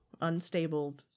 unstable